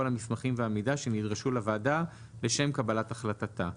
המסמכים והמידע שנדרשו לוועדה לשם קבלת החלטתה."